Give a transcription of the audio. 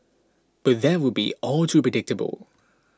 but that would be all too predictable